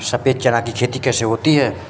सफेद चना की खेती कैसे होती है?